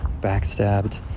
backstabbed